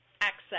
access